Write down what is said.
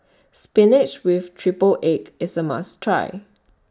Spinach with Triple Egg IS A must Try